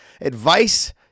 advice